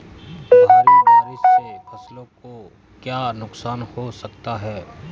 भारी बारिश से फसलों को क्या नुकसान हो सकता है?